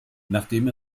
nachdem